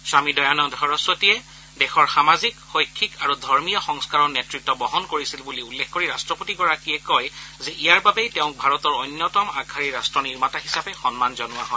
স্বামী দয়ানন্দ সৰস্বতীয়ে দেশৰ সামাজিক শৈক্ষিক আৰু ধৰ্মীয় সংস্কাৰৰ নেতৃত্ব বহন কৰিছিল বুলি উল্লেখ কৰি ৰাট্টপতিগৰাকীয়ে কয় যে ইয়াৰ বাবেই তেওঁক ভাৰতৰ অন্যতম আগশাৰীৰ ৰাট্টনিৰ্মাতা হিচাপে সন্মান জনোৱা হয়